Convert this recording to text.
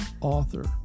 author